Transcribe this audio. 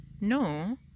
No